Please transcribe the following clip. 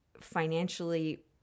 financially